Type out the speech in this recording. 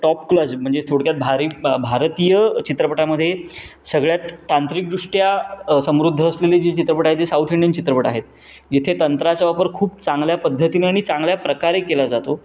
टॉपक्लाज म्हणजे थोडक्यात भारी भारतीय चित्रपटामध्ये सगळ्यात तांत्रिकदृष्ट्या समृद्ध असलेले जे चित्रपट आहे ते साऊथ इंडियन चित्रपट आहेत जिथे तंत्राचा वापर खूप चांगल्या पद्धतीने आणि चांगल्या प्रकारे केला जातो